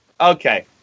Okay